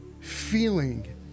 feeling